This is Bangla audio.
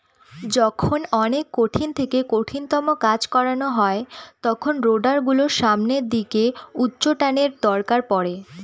যখন অনেক কঠিন থেকে কঠিনতম কাজ করানো হয় তখন রোডার গুলোর সামনের দিকে উচ্চটানের দরকার পড়ে